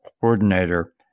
Coordinator